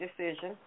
decision